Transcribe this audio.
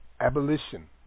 Abolition